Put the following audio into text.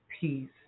peace